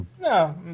No